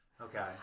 Okay